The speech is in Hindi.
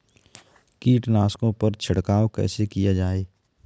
कीटनाशकों पर छिड़काव कैसे किया जाए?